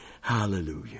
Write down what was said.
Hallelujah